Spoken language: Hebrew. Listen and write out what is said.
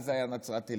אז היה נצרת עילית?